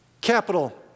Capital